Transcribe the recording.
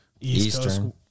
eastern